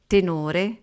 Tenore